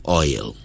oil